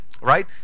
right